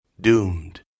doomed